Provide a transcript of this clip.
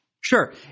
Sure